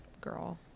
girl